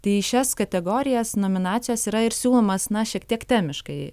tai į šias kategorijas nominacijos yra ir siūlomos na šiek tiek temiškai